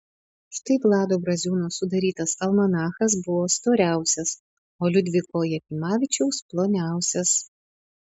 štai vlado braziūno sudarytas almanachas buvo storiausias o liudviko jakimavičiaus ploniausias